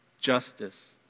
justice